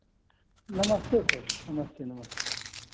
नमस्ते सर नमस्ते नमस्ते